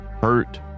hurt